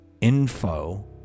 info